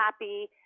happy